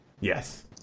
Yes